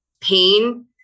pain